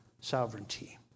sovereignty